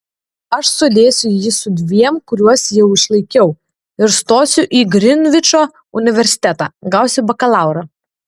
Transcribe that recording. aš sudėsiu jį su dviem kuriuos jau išlaikiau ir stosiu į grinvičo universitetą gausiu bakalaurą